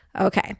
Okay